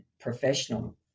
professional